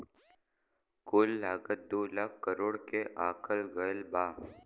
कुल लागत दू लाख करोड़ के आकल गएल बा